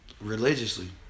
religiously